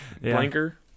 Blanker